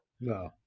No